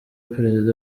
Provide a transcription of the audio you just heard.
perezida